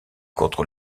contre